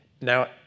Now